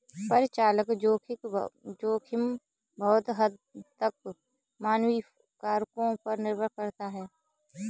परिचालन जोखिम बहुत हद तक मानवीय कारकों पर निर्भर करता है